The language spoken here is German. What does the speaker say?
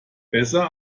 besser